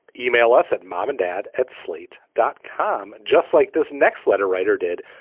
email us at mom and dad at slate dot com, just like this next letter writer did.